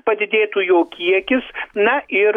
padidėtų jo kiekis na ir